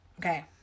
Okay